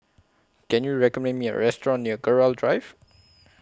Can YOU recommend Me A Restaurant near Gerald Drive